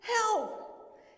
help